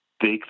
big